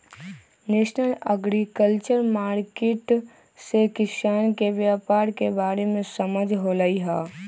national agriculture market से किसान के व्यापार के बारे में समझ होलई ह